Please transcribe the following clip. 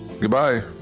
goodbye